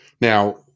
Now